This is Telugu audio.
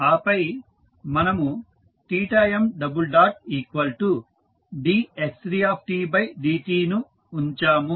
ఆపై మనము mdx3dt ను ఉంచాము